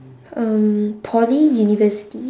um poly university